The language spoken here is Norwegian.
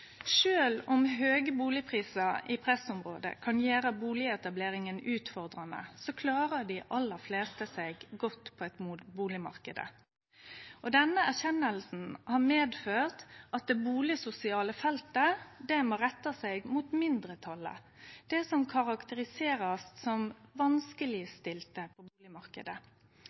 om høge bustadprisar i pressområde kan gjere bustadetableringa utfordrande, klarer dei aller fleste seg godt på bustadmarknaden. Denne erkjenninga har ført til at det bustadsosiale feltet må rette seg mot mindretalet, dei som blir karakteriserte som